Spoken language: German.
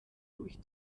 durch